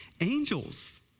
angels